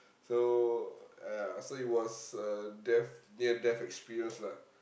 so uh ya so it was a death near death experience lah